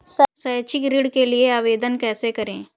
शैक्षिक ऋण के लिए आवेदन कैसे करें?